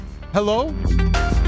Hello